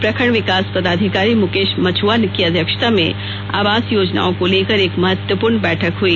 प्रखंड विकास पदाधिकारी मुकेश मछ्आ की अध्यक्षता में आवास योजनाओं को लेकर एक महत्वपूर्ण बैठक हुई